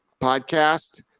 podcast